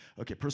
Okay